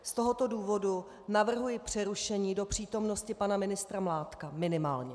Z tohoto důvodu navrhuji přerušení do přítomnosti pana ministra Mládka, minimálně.